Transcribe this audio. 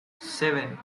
seven